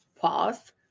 pause